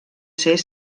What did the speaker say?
ser